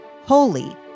holy